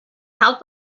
help